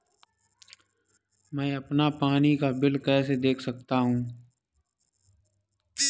मैं अपना पानी का बिल कैसे देख सकता हूँ?